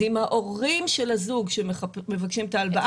זה אם ההורים של הזוג שמבקשים את ההלוואה הם חד הוריים.